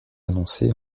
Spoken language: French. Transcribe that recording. annoncé